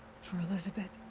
for elisabet.